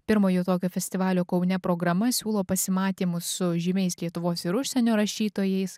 pirmojo tokio festivalio kaune programa siūlo pasimatymus su žymiais lietuvos ir užsienio rašytojais